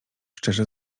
szczerze